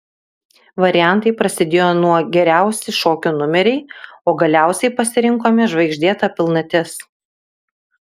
variantai prasidėjo nuo geriausi šokių numeriai o galiausiai pasirinkome žvaigždėta pilnatis